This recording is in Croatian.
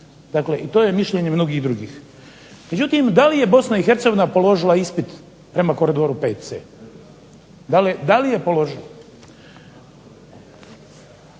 Dakle i to je mišljenje mnogih drugih. Međutim, da li je BiH položila ispit prema koridoru VC, da li je položila.